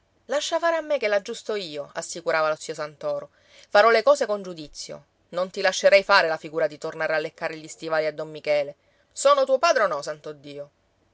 lascia fare a me che l'aggiusto io assicurava lo zio santoro farò le cose con giudizio non ti lascerei fare la figura di tornare a leccare gli stivali a don michele sono tuo padre o no santo dio